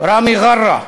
ראמי ג'רה,